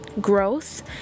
growth